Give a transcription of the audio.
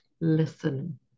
listen